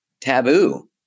taboo